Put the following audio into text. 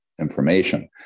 information